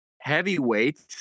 heavyweights